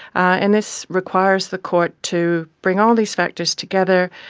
and this requires the court to bring all these factors together,